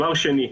שנית,